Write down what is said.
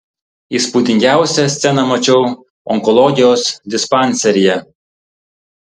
įspūdingiausią sceną mačiau onkologijos dispanseryje